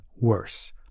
worse